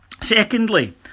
secondly